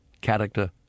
character